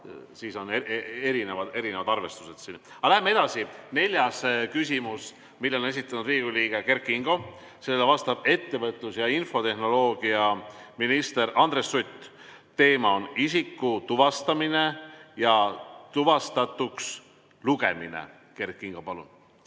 Siin on erinevad arvestused. Aga läheme edasi. Neljas küsimus, mille on esitanud Riigikogu liige Kert Kingo. Sellele vastab ettevõtlus‑ ja infotehnoloogiaminister Andres Sutt. Teema on isiku tuvastamine ja tuvastatuks lugemine. Kert Kingo, palun!